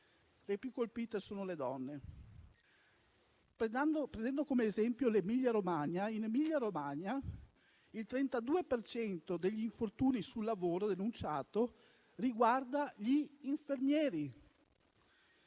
le più colpite sono le donne. Prendendo come esempio l'Emilia-Romagna, il 32 per cento degli infortuni sul lavoro denunciati riguarda gli infermieri.